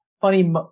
funny